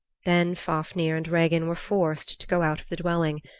then fafnir and regin were forced to go out of the dwelling.